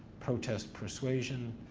protest persuasion.